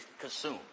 consume